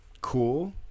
cool